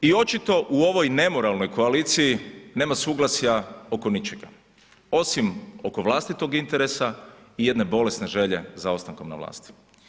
I očito u ovoj nemoralno koaliciji nema suglasja oko ničega osim oko vlastitog interesa i jedne bolesne želje za ostankom na vlasti.